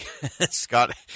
Scott